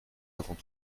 avons